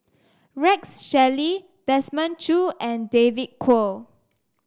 Rex Shelley Desmond Choo and David Kwo